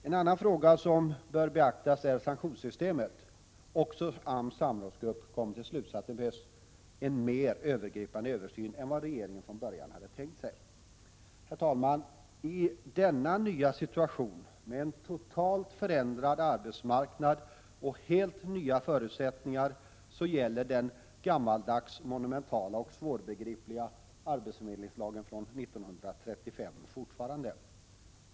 En annan fråga som bör beaktas är sanktionssystemet. Också AMS samrådsgrupp kommer till slutsatsen att det behövs en mer övergripande översyn än vad regeringen från början hade tänkt sig. Herr talman! I denna nya situation med en totalt förändrad arbetsmarknad och helt nya förutsättningar gäller den gammaldags, monumentala och svårbegripliga arbetsförmedlingslagen från 1935 fortfarande.